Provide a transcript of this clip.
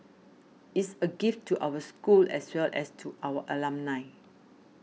is a gift to our school as well as to our alumni